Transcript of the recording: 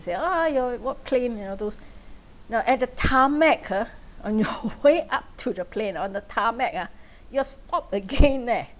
say ah your what plane and all those now at the tarmac ah on your way up to the plane on the tarmac ah you're stopped again eh